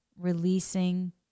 releasing